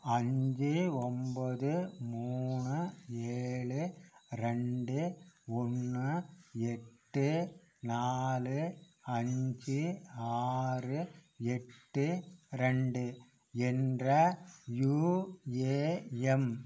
அஞ்சு ஒன்பது மூணு ஏழு ரெண்டு ஒன்று எட்டு நாலு அஞ்சு ஆறு எட்டு ரெண்டு என்ற யூஏஎம்